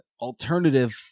alternative